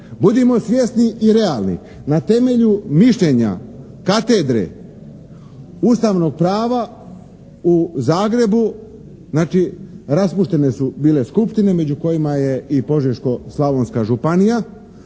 Budimo svjesni i realni, na temelju mišljenja katedre ustavnog prava u Zagrebu, znači raspuštene su bile skupštine među kojima je i Požeško-slavonska županija